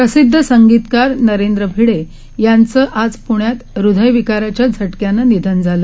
प्रसिदधसंगीतकारनरेंद्रभिडेयांचंआजप्ण्यातहृदयविकाराच्याझटक्यानंनिधनझालं